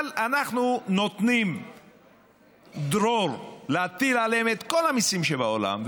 אבל אנחנו נותנים דרור להטיל עליהם את כל המיסים שבעולם,